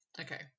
Okay